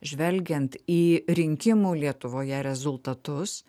žvelgiant į rinkimų lietuvoje rezultatus